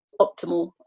optimal